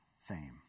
fame